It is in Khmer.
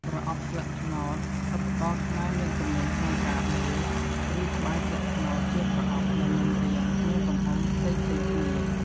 ប្រអប់ស្លឹកត្នោត សិប្បករខ្មែរមានជំនាញក្នុងការដេរ ឬត្បាញស្លឹកត្នោតជាប្រអប់ដែលមានរាង និងទំហំផ្សេងៗគ្នា។